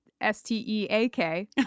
S-T-E-A-K